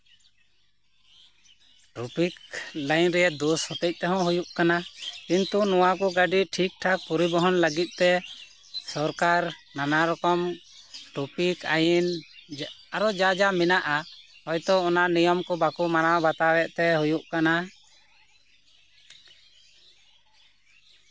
traffic ᱞᱟᱭᱤᱱ ᱨᱮ ᱫᱳᱥ ᱦᱚᱛᱮᱡ ᱛᱮᱦᱚᱸ ᱦᱩᱭᱩᱜ ᱠᱟᱱᱟ ᱠᱤᱱᱛᱩ ᱱᱚᱣᱟ ᱠᱚ ᱜᱟᱹᱰᱤ ᱴᱷᱤᱠᱼᱴᱷᱟᱠ ᱯᱚᱨᱤᱵᱚᱦᱚᱱ ᱞᱟᱹᱜᱤᱫ ᱛᱮ ᱥᱚᱨᱠᱟᱨ ᱱᱟᱱᱟ ᱨᱚᱠᱚᱢ ᱴᱚᱯᱤᱠ ᱟᱭᱤᱱ ᱟᱨᱚ ᱡᱟᱼᱡᱟ ᱢᱮᱱᱟᱜᱼᱟ ᱦᱚᱭᱛᱚ ᱚᱱᱟ ᱱᱤᱭᱚᱢ ᱠᱚ ᱵᱟᱠᱚ ᱢᱟᱱᱟᱣ ᱵᱟᱛᱟᱣᱮᱫ ᱛᱮ ᱦᱩᱭᱩᱜ ᱠᱟᱱᱟ